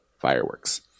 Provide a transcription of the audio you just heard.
fireworks